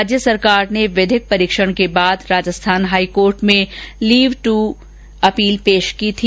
राज्य सरकार ने विधिक परीक्षण के बाद राजस्थान हाईकोर्ट में लीव टू अपील पेश की थी